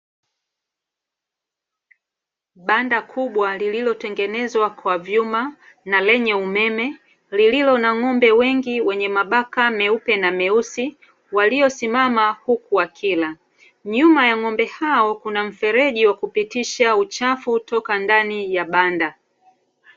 Banda kubwa lililotengenezwa kwa vyuma na lenye umeme, lililo na ng'ombe wengi wenye mabaka meupe na meusi, waliosimama huku wakila. Nyuma ya ng'ombe hao kuna mfereji wa kupitisha uchafu toka ndani ya banda.